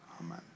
amen